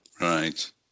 Right